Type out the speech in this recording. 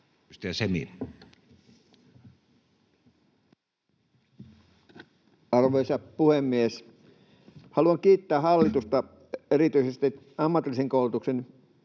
Arvoisa puhemies! Haluan kiittää hallitusta erityisesti ammatillisen koulutuksen